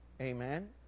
Amen